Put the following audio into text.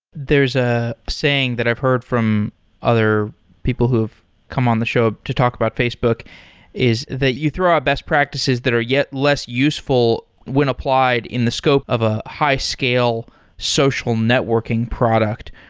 there's a saying that i've heard from other people who have come on the show to talk about facebook is that you throw out ah best practices that are yet less useful when applied in the scope of a high scale social networking product.